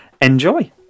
enjoy